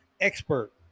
expert